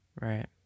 Right